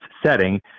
setting